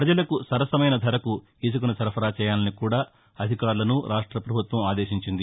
పజలకు సరసమైన ధరకు ఇసుకను సరఫరా చేయాలని కూడా అధికారులను రాష్ట ప్రభుత్వం ఆదేశించింది